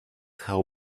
how